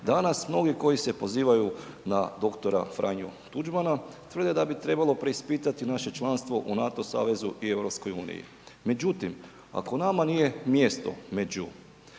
Danas mnogi koji se pozivaju na dr. Franju Tuđmana tvrde da bi trebalo preispitati naše članstvo u NATO savezu i EU, međutim, ako nama nije mjesto među